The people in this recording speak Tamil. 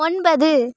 ஒன்பது